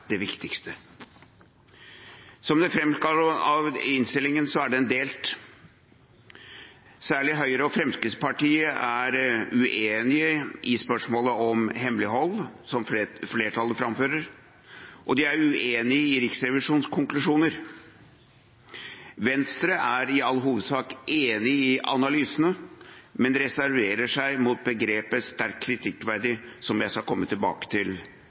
det viktigste. Som det framgår av innstillingen, er den delt. Særlig Høyre og Fremskrittspartiet er uenige i flertallets syn på spørsmålet om hemmelighold, og de er uenige i Riksrevisjonens konklusjoner. Venstre er i all hovedsak enig i analysene, men reserverer seg mot begrepet «sterkt kritikkverdig», som jeg skal komme tilbake til